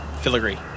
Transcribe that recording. filigree